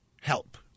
help